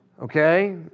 Okay